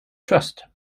trust